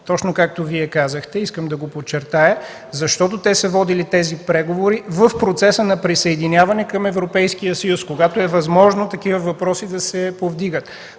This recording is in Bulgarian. както Вие казахте, и искам да го подчертая: „Защото те са водили тези преговори в процеса на присъединяване към Европейския съюз, когато е възможно такива въпроси да се повдигат”.